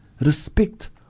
respect